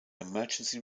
emergency